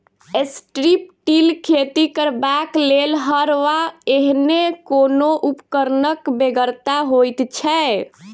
strip till खेती करबाक लेल हर वा एहने कोनो उपकरणक बेगरता होइत छै